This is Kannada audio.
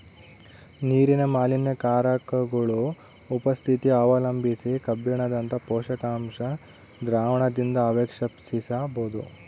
ನೀರಿನ ಮಾಲಿನ್ಯಕಾರಕಗುಳ ಉಪಸ್ಥಿತಿ ಅವಲಂಬಿಸಿ ಕಬ್ಬಿಣದಂತ ಪೋಷಕಾಂಶ ದ್ರಾವಣದಿಂದಅವಕ್ಷೇಪಿಸಬೋದು